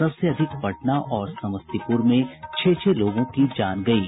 सबसे अधिक पटना और समस्तीपुर में छह छह लोगों की जान गयी